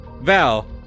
Val